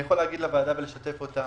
אני יכול לשתף את הוועדה